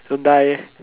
don't die eh